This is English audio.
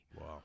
Wow